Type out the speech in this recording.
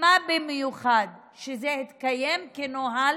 במיוחד שזה התקיים כנוהל.